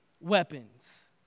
weapons